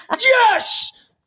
yes